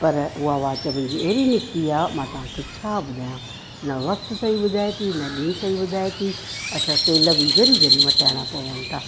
पर उहा वॉच मुंहिंजी अहिड़ी निकिती आहे मां तव्हांखे छा ॿुधायां न वक़्तु सही ॿुधाए थी न ॾींहुं सही ॿुधाए थी अछा सेल बि घरी घरी मटाइणा पवनि था